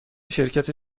شرکت